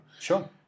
Sure